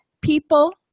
people